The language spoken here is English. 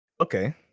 Okay